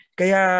kaya